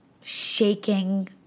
shaking